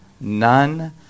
none